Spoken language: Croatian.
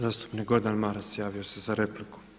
Zastupnik Gordan Maras javio se za repliku.